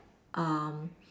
um